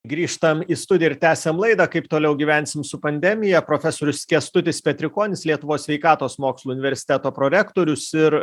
grįžtam į studiją ir tęsiam laidą kaip toliau gyvensim su pandemija profesorius kęstutis petrikonis lietuvos sveikatos mokslų universiteto prorektorius ir